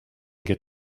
get